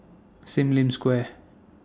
SIM Lim Square